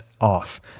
off